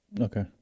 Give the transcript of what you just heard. Okay